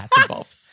involved